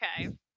okay